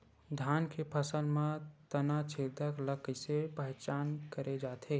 धान के फसल म तना छेदक ल कइसे पहचान करे जाथे?